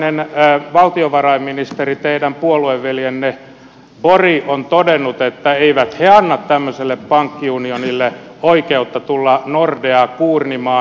ruotsin valtiovarainministeri teidän puolueveljenne borg on todennut että eivät he anna tämmöiselle pankkiunionille oikeutta tulla nordeaa kuurnimaan